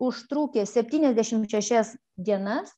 užtrukęs septyniasdešim šešias dienas